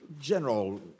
General